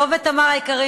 דב ותמר היקרים,